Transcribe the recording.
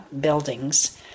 buildings